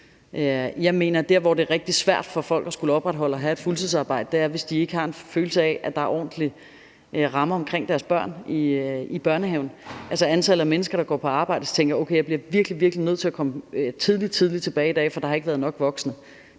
der, hvor det rigtig svært for folk at skulle opretholde at have et fuldtidsarbejde, er, hvis de ikke har en følelse af, at der er ordentlige rammer omkring deres børn i børnehaven, altså antallet af mennesker, der går på arbejde. Så tænker man: Okay, jeg bliver virkelig, virkelig nødt til at komme tidligt, tidligt tilbage i dag, for der har ikke været nok voksne.